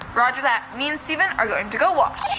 roger that, me and stephen are going to go watch.